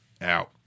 Out